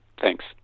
thanks